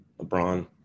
LeBron